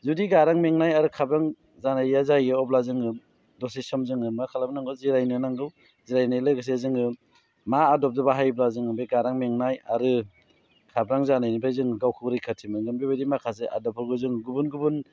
जुदि गारां मेंनाय आरो खाब्रां जानाया जायो अब्ला जोङो दसे सम जोङो मा खालामनांगौ जिरायनो नांगौ जिरायनाय लोगोसे जोङो मा आदबजों बाहायोब्ला जोङो बे गारां मेंनाय आरो खाब्रां जानायनिफ्राय जोङो गावखौबो रैखाथि मोनगोन बेबायदि माखासे आदबफोरखौ जोङो गुबुन गुबुन